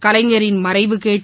கலைஞரின் மறைவு கேட்டு